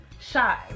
Shy